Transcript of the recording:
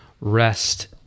rest